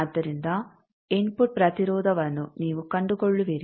ಆದ್ದರಿಂದ ಇನ್ಫುಟ್ ಪ್ರತಿರೋಧವನ್ನು ನೀವು ಕಂಡುಕೊಳ್ಳುವಿರಿ